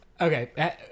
okay